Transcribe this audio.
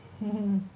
mmhmm